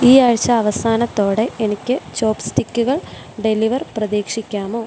ഈ ആഴ്ച അവസാനത്തോടെ എനിക്ക് ചോപ്സ്റ്റിക്ക്കൾ ഡെലിവർ പ്രതീക്ഷിക്കാമോ